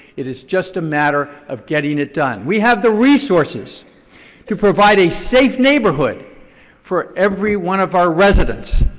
it is just a matter of getting it done. we have the resources to provide a safe neighborhood for every one of our residents.